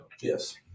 Yes